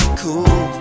cool